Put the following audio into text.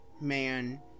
man